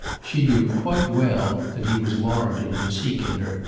she knew quite well that he was warranted in seeking her,